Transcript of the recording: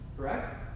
Correct